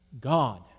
God